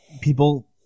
people